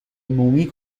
مومی